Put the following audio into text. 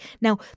Now